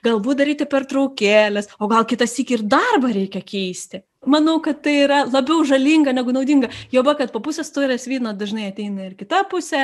galbūt daryti pertraukėles o gal kitąsyk ir darbą reikia keisti manau kad tai yra labiau žalinga negu naudinga juoba kad po pusės taurės vyno dažnai ateina ir kita pusė